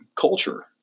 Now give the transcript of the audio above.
culture